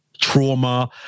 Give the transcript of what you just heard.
trauma